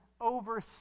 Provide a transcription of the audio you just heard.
over